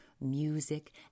music